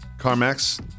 CarMax